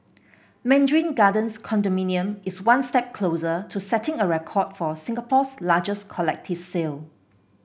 mandarin Gardens condominium is one step closer to setting a record for Singapore's largest collective sale